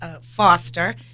Foster